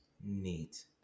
Neat